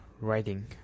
writing